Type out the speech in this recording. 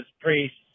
priests